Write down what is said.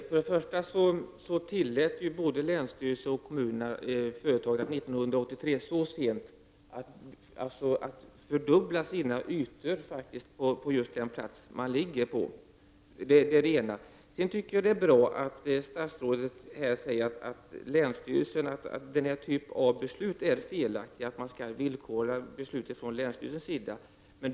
Herr talman! Både länsstyrelse och kommun tillät företaget så sent som 1983 att fördubbla sina ytor på den plats som företaget ligger på. Det är bra att statsrådet här säger att det är fel av länsstyrelsen att villkora den här typen av beslut.